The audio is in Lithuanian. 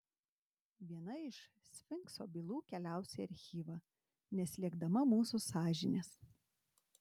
viena iš sfinkso bylų keliaus į archyvą neslėgdama mūsų sąžinės